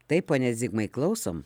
taip pone zigmai klausom